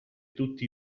tutti